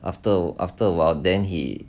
after after awhile then he